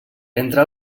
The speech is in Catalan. entre